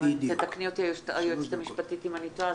תתקני אותי היועצת המשפטית אם אני טועה.